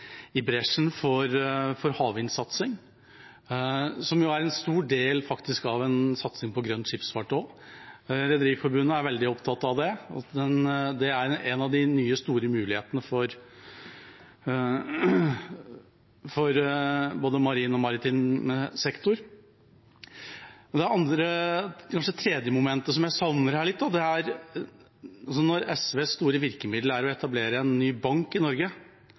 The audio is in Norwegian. bresjen for havvindsatsing, som jo faktisk er en stor del av satsingen på grønn skipsfart også, undrer meg. Rederiforbundet er veldig opptatt av det. Det er en av de nye store mulighetene for både marin og maritim sektor. Når SVs store virkemiddel er å etablere en ny bank i Norge, står det litt